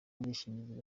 bwishingizi